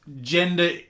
gender